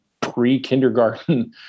pre-kindergarten